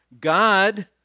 God